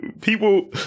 people